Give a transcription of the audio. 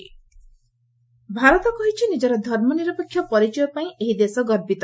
India US Bharat କହିଛି ନିଜର ଧର୍ମନିରପେକ୍ଷ ପରିଚୟ ପାଇଁ ଏହି ଦେଶ ଗର୍ବିତ